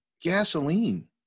gasoline